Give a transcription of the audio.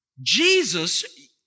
Jesus